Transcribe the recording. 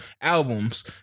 albums